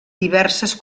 diverses